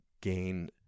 gain